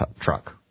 truck